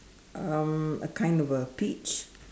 um a kind of a peach